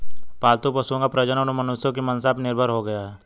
पालतू पशुओं का प्रजनन अब मनुष्यों की मंसा पर निर्भर हो गया है